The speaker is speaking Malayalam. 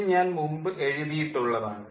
ഇത് ഞാൻ മുമ്പ് എഴുതിയിട്ടുള്ളതാണ്